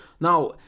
now